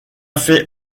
fait